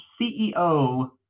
ceo